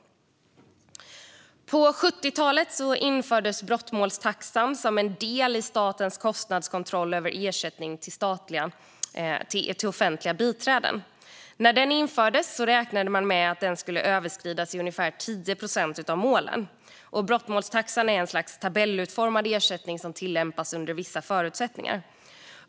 På 70-talet infördes brottmålstaxan som en del i statens kostnadskontroll över ersättning till offentliga biträden. När den infördes räknade man med att den skulle överskridas i ungefär 10 procent av målen. Brottmålstaxan är ett slags tabellutformad ersättning som tillämpas under vissa förutsättningar.